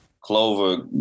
Clover